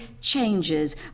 changes